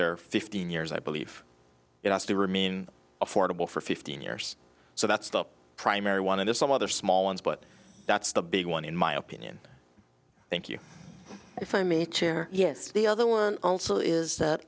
are fifteen years i believe it has to remain affordable for fifteen years so that's the primary one it is some other small ones but that's the big one in my opinion thank you if i make chair yes the other one also is that